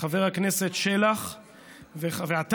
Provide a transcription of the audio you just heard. חבר הכנסת שלח ואתה,